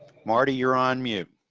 marty, you're on mute.